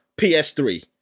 PS3